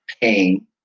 pain